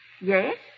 Yes